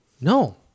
no